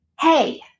Hey